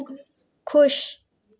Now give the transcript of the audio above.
खुश